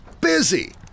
busy